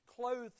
clothed